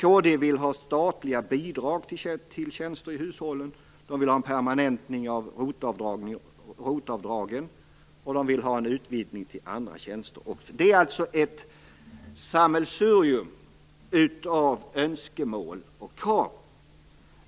Kd vill ha statliga bidrag till tjänster i hushållen, en permanentning av ROT-avdragen och en utvidgning till andra tjänster. Det är alltså ett sammelsurium av önskemål och krav.